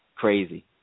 Crazy